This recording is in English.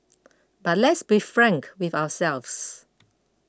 but let's be frank with ourselves